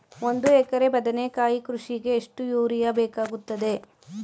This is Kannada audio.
ಒಂದು ಎಕರೆ ಬದನೆಕಾಯಿ ಕೃಷಿಗೆ ಎಷ್ಟು ಯೂರಿಯಾ ಬೇಕಾಗುತ್ತದೆ?